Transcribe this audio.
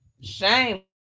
Shame